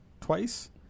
twice